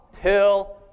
till